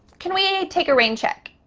can we take a rain check?